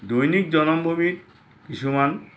দৈনিক জনমভূমিত কিছুমান